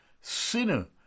sinner